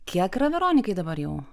kiek yra veronikai dabar jau